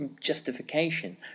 justification